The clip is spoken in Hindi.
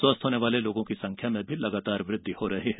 स्वस्थ होने वाले लोगों की संख्या में भी लगातार वृद्धि हो रही है